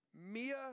Mia